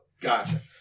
Gotcha